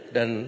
Dan